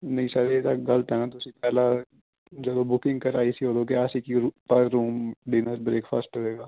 ਨਹੀਂ ਸਰ ਇਹ ਤਾਂ ਗਲਤ ਹੈ ਨਾ ਤੁਸੀਂ ਪਹਿਲਾਂ ਜਦੋਂ ਬੁਕਿੰਗ ਕਰਵਾਈ ਸੀ ਉਦੋਂ ਕਿਹਾ ਸੀ ਕਿ ਰੁ ਪਰ ਰੂਮ ਡਿੱਨਰ ਬ੍ਰੇਕਫਾਸਟ ਹੋਵੇਗਾ